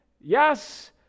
Yes